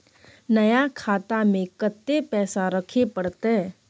नया खाता में कत्ते पैसा रखे परतै?